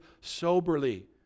soberly